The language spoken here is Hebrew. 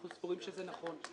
אנחנו סבורים שזה נכון.